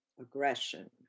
aggression